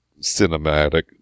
cinematic